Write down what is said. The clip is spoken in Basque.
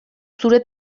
zure